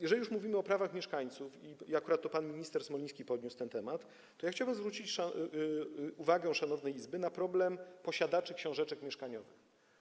Jeżeli mówimy już o prawach mieszkańców - akurat to pan minister Smoliński poruszył ten temat - to ja chciałbym zwrócić uwagę szanownej Izby na problem posiadaczy książeczek mieszkaniowych.